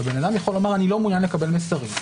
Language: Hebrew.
ואדם אומר: אני לא מעוניין לקבל מסרים,